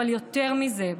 אבל יותר מזה,